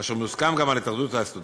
אשר מוסכם גם על התאחדות הסטודנטים,